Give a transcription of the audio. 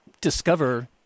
discover